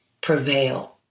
prevail